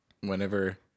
Whenever